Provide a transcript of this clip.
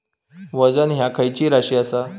वजन ह्या खैची राशी असा?